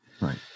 Right